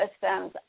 systems